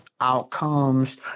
outcomes